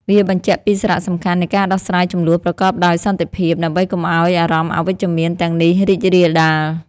វាបញ្ជាក់ពីសារៈសំខាន់នៃការដោះស្រាយជម្លោះប្រកបដោយសន្តិភាព ដើម្បីកុំឲ្យអារម្មណ៍អវិជ្ជមានទាំងនេះរីករាលដាល។